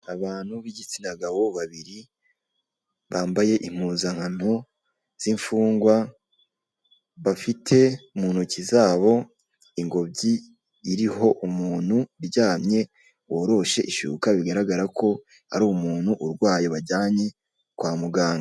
Abantu b'igitsina gabo babiri, bambaye impuzankano z'imfungwa, bafite mu ntoki zabo ingobyi iriho umuntu uryamye woroshe ishuka, bigaragara ko ari umuntu urwaye bajyanye kwa muganga.